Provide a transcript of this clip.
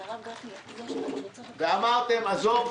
אמרתם: עזוב,